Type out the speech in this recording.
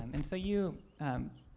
and so you, and